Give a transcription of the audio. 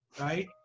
right